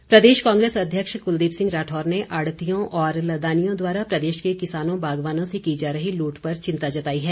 राढौर प्रदेश कांग्रेस अध्यक्ष कुलदीप सिंह राठौर ने आढ़तियों और लदानियों द्वारा प्रदेश के किसानों बागवानों से की जा रही लूट पर चिंता जताई है